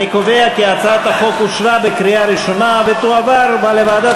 אני קובע כי הצעת החוק אושרה בקריאה ראשונה ותועבר לוועדת